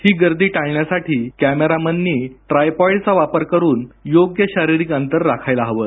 ही गर्दी टाळण्यासाठी कॅमेरामननी ट्रायपॉडचा वापर करून योग्य शारीरिक अंतर राखायला हवं